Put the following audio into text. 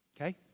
Okay